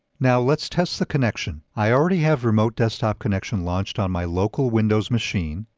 now let's test the connection. i already have remote desktop connection launched on my local windows machine,